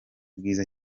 bwiza